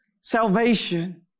salvation